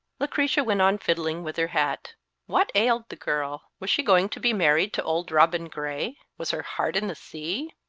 lucretia went on fiddling with her hat what ailed the girl? was she going to be married to auld robin gray? was her heart in the sea?